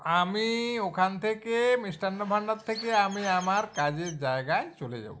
আমি ওখান থেকে মিষ্টান্ন ভান্ডার থেকে আমি আমার কাজের জায়গায় চলে যাবো